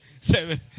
seven